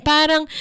Parang